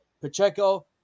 Pacheco